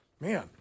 Man